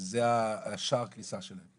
זה שער הכניסה שלהם.